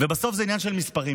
ובסוף זה עניין של מספרים.